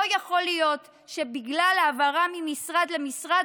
לא יכול להיות שבגלל העברה ממשרד למשרד